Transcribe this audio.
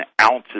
ounces